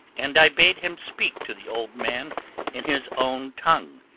and i bade him speak to the old man in his own tongue,